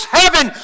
heaven